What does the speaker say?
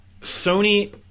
Sony